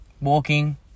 walking